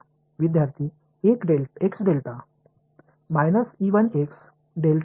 विद्यार्थीः X delta